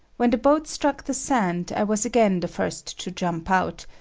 when the boat struck the sand, i was again the first to jump out,